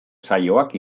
saioak